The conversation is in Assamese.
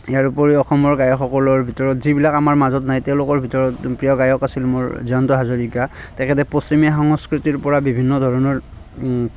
ইয়াৰ উপৰিও অসমৰ গায়কসকলৰ ভিতৰত যিবিলাক আমাৰ মাজত নাই তেওঁলোকৰ ভিতৰত প্ৰিয় গায়ক আছিল মোৰ জয়ন্ত হাজৰীকা তেখেতে পশ্চিমীয়া সংস্কৃতিৰ পৰা বিভিন্ন ধৰণৰ